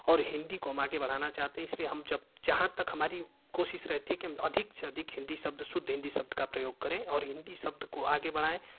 और हिन्दी को हम आगे बढ़ाना चाहते है इसलिए हम जब जहाँ तक हमारी कोशिश रहती है कि हम अधिक से अधिक हिन्दी शब्द शुद्ध हिन्दी शब्द का प्रयोग करें और हिन्दी शब्द को आगे बढ़ाए